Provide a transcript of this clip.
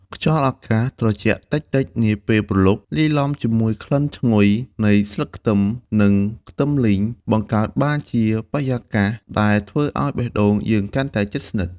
ខ្យល់អាកាសត្រជាក់តិចៗនាពេលព្រលប់ លាយឡំជាមួយក្លិនឈ្ងុយនៃស្លឹកខ្ទឹម និងខ្ទឹមលីង បង្កើតបានជាបរិយាកាសដែលធ្វើឱ្យបេះដូងយើងកាន់តែជិតស្និទ្ធ។